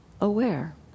aware